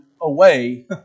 away